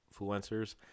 influencers